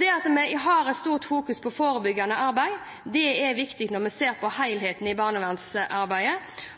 Det at vi har en sterk fokusering på forebyggende arbeid, er viktig når vi ser på helheten i barnevernsarbeidet.